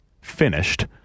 finished